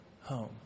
home